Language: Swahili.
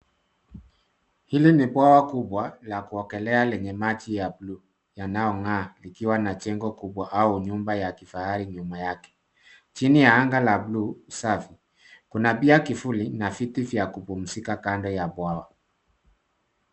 Hili ni bwawa kubwa la kuogelea lenye maji ya buluu yanayong'aa likiwa na jengo kubwa au nyumba ya kifahari nyuma yake. Chini ya anga la buluu safi, kuna pia kivuli na viti vya kupumzika kando ya bwawa.